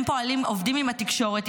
הם עובדים עם התקשורת,